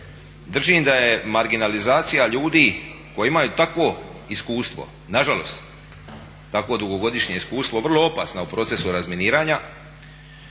držim da je marginalizacija ljudi koji imaju takvo iskustvo, nažalost takvo dugogodišnje iskustvo vrlo opasna u procesu razminiranja